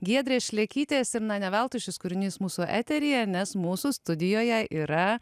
giedrės šlekytės ir na ne veltui šis kūrinys mūsų eteryje nes mūsų studijoje yra